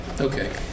Okay